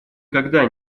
когда